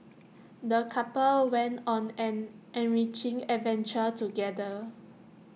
the couple went on an enriching adventure together